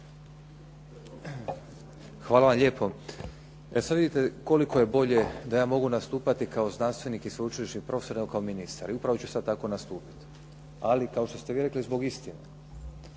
Hvala vam lijepo. E sad vidite koliko je bolje da ja mogu nastupati kao znanstvenik i sveučilišni profesor nego kao ministar i upravo ću sada tako nastupiti, ali kao što ste vi rekli zbog istine